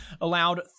allowed